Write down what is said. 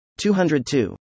202